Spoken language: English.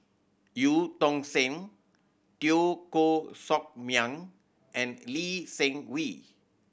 Eu Tong Sen Teo Koh Sock Miang and Lee Seng Wee